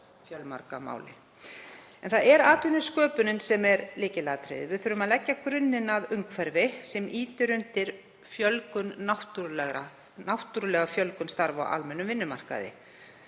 En það er atvinnusköpunin sem er lykilatriði. Við þurfum að leggja grunninn að umhverfi sem ýtir undir náttúrlega fjölgun starfa á almennum vinnumarkaði